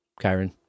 Kyron